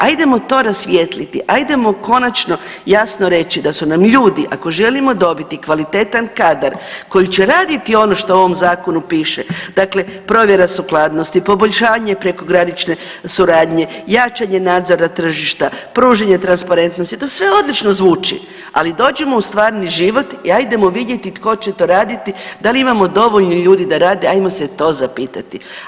Ajdemo to rasvijetliti, ajdemo konačno jasno reći, da su nam ljudi, ako želimo dobiti kvalitetan kadar, koji će raditi ono što u ovom Zakonu piše, dakle, provjera sukladnosti, poboljšavanje prekogranične suradnje, jačanje nadzora tržišta, pružanje transparentnosti, to sve odlično zvuči, ali dođimo u stvarni život i ajdemo vidjeti tko će to raditi, da li imamo dovoljno ljudi da rade, ajmo se to zapitati.